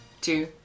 two